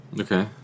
Okay